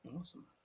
awesome